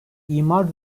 imar